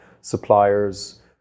suppliers